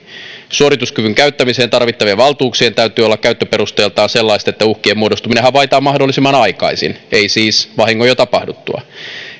suorituskyvyn käyttämiseen tarvitta vien valtuuksien täytyy olla käyttöperusteiltaan sellaiset että uhkien muodostuminen havaitaan mahdollisimman aikaisin ei siis vahingon jo tapahduttua